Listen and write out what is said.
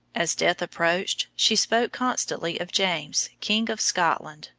as death approached she spoke constantly of james, king of scotland,